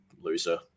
loser